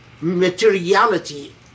materiality